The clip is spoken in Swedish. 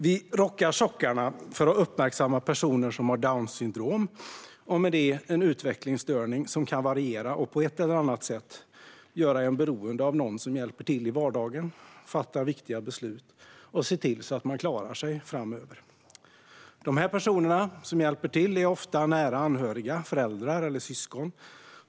Vi rockar sockorna för att uppmärksamma personer som har Downs syndrom och därmed en utvecklingsstörning som kan variera och på ett eller annat sätt göra en beroende av någon som hjälper till i vardagen, fattar viktiga beslut och ser till att man klarar sig framöver. De personer som hjälper till är ofta nära anhöriga, föräldrar eller syskon.